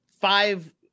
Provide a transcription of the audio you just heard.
five